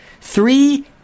Three